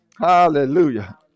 Hallelujah